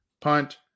punt